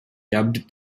dubbed